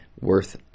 worth